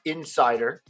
Insider